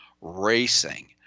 racing